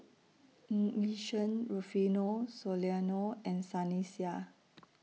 Ng Yi Sheng Rufino Soliano and Sunny Sia